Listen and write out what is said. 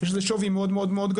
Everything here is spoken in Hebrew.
יש לזה שווי מאוד גדול.